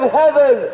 heaven